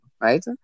right